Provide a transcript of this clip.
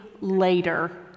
later